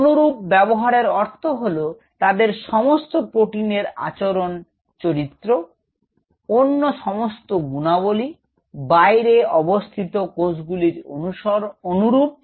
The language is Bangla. অনুরূপ ব্যবহারের অর্থ হল তাদের সমস্ত প্রোটিনের আচরণ চরিত্র অন্য সমস্ত গুণাবলী বাইরে অবস্থিত কোষগুলির অনুরূপ